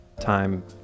time